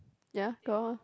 ya go on